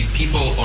people